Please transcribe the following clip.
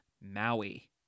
Maui